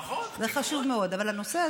נכון, אני קורא.